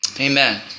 Amen